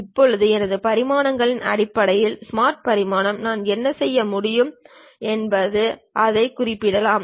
இப்போது எனது பரிமாணங்களின் அடிப்படையில் ஸ்மார்ட் பரிமாணம் நான் என்ன செய்ய முடியும் என்பது அதைக் குறிப்பிடலாம்